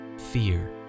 Fear